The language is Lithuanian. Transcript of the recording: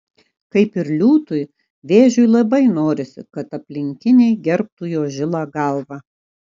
kaip ir liūtui vėžiui labai norisi kad aplinkiniai gerbtų jo žilą galvą